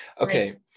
okay